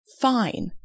fine